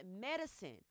medicine